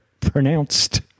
Pronounced